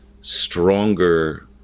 stronger